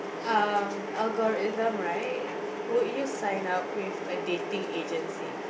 um algorithm right would you sign up with a dating agency